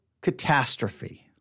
catastrophe